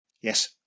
Yes